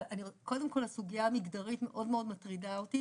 אבל קודם כל הסוגייה המגדרית מאוד מאוד מטרידה אותי